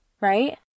right